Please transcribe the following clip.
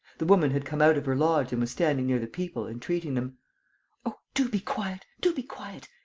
the woman had come out of her lodge and was standing near the people, entreating them oh, do be quiet, do be quiet!